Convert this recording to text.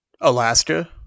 Alaska